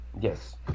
yes